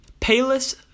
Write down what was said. Payless